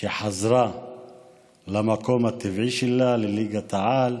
שחזרה למקום הטבעי שלה, לליגת העל.